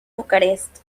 bucarest